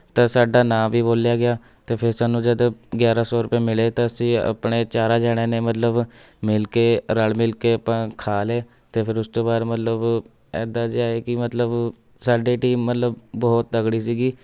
ਤਾਂ ਸਾਡਾ ਨਾਂ ਵੀ ਬੋਲਿਆ ਗਿਆ ਅਤੇ ਫਿਰ ਸਾਨੂੰ ਜਦ ਗਿਆਰ੍ਹਾਂ ਸੌ ਰੁਪਏ ਮਿਲੇ ਤਾਂ ਅਸੀ ਆਪਣੇ ਚਾਰਾਂ ਜਾਣਿਆਂ ਨੇ ਮਤਲਬ ਮਿਲ ਕੇ ਰਲ ਮਿਲ ਕੇ ਆਪਾਂ ਖਾ ਲਏ ਅਤੇ ਫਿਰ ਉਸ ਤੋਂ ਬਾਅਦ ਮਤਲਬ ਇੱਦਾਂ ਜਿਹਾ ਕਿ ਮਤਲਬ ਸਾਡੀ ਟੀਮ ਮਤਲਬ ਬਹੁਤ ਤਗੜੀ ਸੀਗੀ